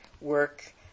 work